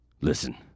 Listen